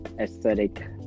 aesthetic